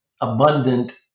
abundant